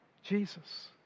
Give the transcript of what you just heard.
Jesus